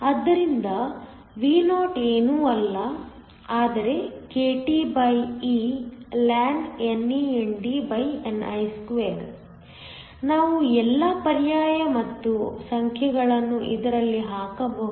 ಆದ್ದರಿಂದ Vo ಏನೂ ಅಲ್ಲ ಆದರೆ kTeln NANDni2 ನಾವು ಎಲ್ಲಾ ಪರ್ಯಾಯ ಮತ್ತು ಸಂಖ್ಯೆಗಳನ್ನು ಇದರಲ್ಲಿ ಹಾಕಬಹುದು